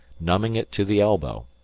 numbing it to the elbow.